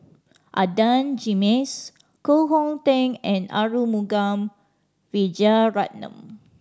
Adan Jimenez Koh Hong Teng and Arumugam Vijiaratnam